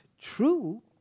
true